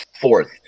fourth